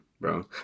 bro